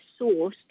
sourced